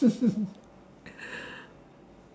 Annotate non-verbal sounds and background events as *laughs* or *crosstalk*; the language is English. *laughs*